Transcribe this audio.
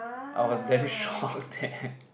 I was damn shocked that